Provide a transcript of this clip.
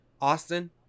austin